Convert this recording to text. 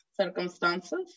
circumstances